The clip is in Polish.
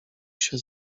się